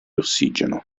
ossigeno